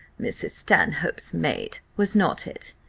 mrs. stanhope's maid, was not it?